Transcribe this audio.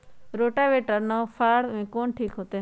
Rotavator और नौ फ़ार में कौन ठीक होतै?